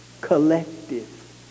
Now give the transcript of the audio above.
collective